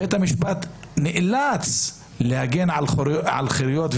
בית המשפט נאלץ להגן על חירויות,